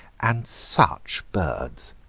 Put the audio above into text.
and such birds!